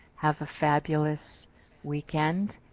have a fabulous weekend.